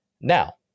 Now